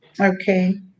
Okay